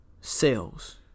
sales